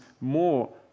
more